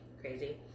crazy